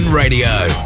Radio